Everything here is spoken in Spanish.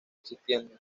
existiendo